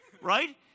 right